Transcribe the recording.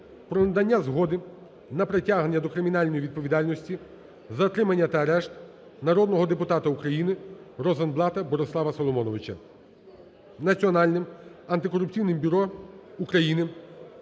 про надання згоди на притягнення до кримінальної відповідальності, затримання та арешт народного депутата України Розенблата Борислава Соломоновича. Національним антикорупційним бюро України